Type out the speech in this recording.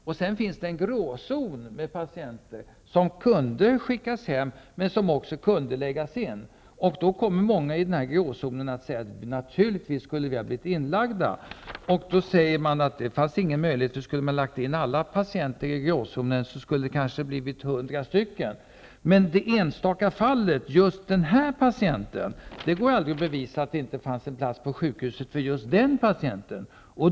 Dessutom finns där en gråzon bestående av patienter som kunde skickas hem, men som också kunde läggas in. Många som befinner sig i gråzonen kan säga sig att de naturligtvis borde ha blivit inlagda. Mot detta kan sägas att det inte finns möjlighet att lägga in alla patienter i gråzonen -- det är kanske 100 personer. Men i det enstaka fallet kan det inte bevisas att det inte fanns en plats på sjukhuset för just den aktuella patienten.